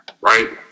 right